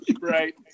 Right